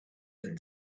and